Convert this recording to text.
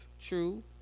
True